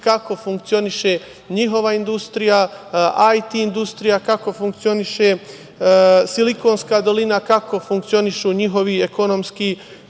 kako funkcioniše njihova industrija, IT industrija, kako funkcioniše „Silikonska dolina“, kako funkcionišu njihovi ekonomski